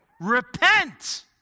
Repent